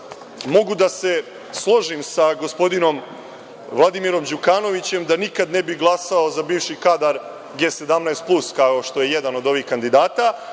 mogu da se složim sa gospodinom Vladimirom Đukanovićem da nikad ne bih glasao za bivši kadar G17 plus, kao što je jedan od ovih kandidata,